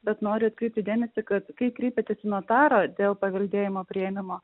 bet noriu atkreipti dėmesį kad kai kreipiatės į notarą dėl paveldėjimo priėmimo